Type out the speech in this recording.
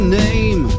name